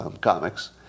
comics